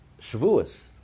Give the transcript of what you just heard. Shavuos